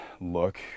look